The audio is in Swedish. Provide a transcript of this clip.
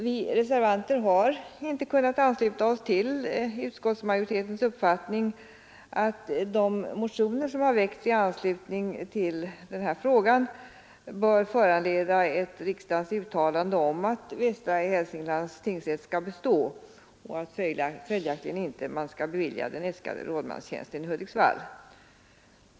Vi reservanter har inte kunnat ansluta oss till utskottsmajoritetens uppfattning, att de motioner som har väckts i anslutning till den här frågan bör föranleda ett riksdagens uttalande om att Västra Hälsinglands tingsrätt skall bestå och att man följaktligen skall avslå yrkandet om inrättande av en rådmanstjänst i Hudiksvall.